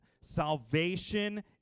salvation